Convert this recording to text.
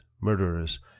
murderers